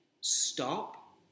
stop